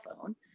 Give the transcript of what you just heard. phone